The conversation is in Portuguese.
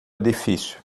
edifício